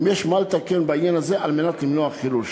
יש מה לתקן בעניין הזה על מנת למנוע חילול שבת.